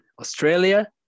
Australia